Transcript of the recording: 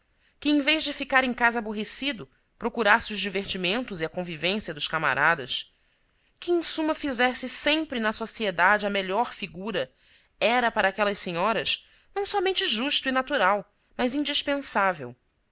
que em vez de ficar em casa aborrecido procurasse os divertimentos e a convivência dos camaradas que em suma fizesse sempre na sociedade a melhor figura era para aquelas senhoras não somente justo e natural mas indispensável